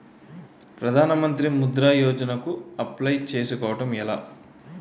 ప్రధాన మంత్రి ముద్రా యోజన కు అప్లయ్ చేసుకోవటం ఎలా?